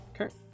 okay